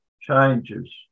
changes